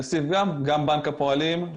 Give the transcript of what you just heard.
גם בנק הפועלים,